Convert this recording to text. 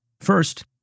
First